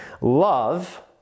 love